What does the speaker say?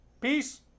Peace